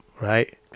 right